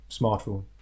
smartphone